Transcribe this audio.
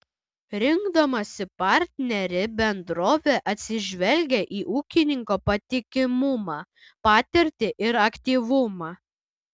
rinkdamasi partnerį bendrovė atsižvelgia į ūkininko patikimumą patirtį ir aktyvumą